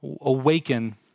awaken